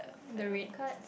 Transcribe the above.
the red card